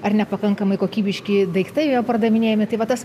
ar nepakankamai kokybiški daiktai pardavinėjami tai va tas